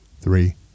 Three